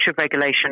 regulation